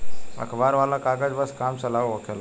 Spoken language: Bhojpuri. अखबार वाला कागज बस काम चलाऊ होखेला